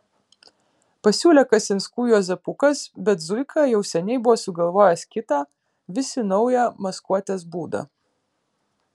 pasiūlė kasinskų juozapukas bet zuika jau seniai buvo sugalvojęs kitą visi naują maskuotės būdą